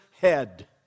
head